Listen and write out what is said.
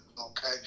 okay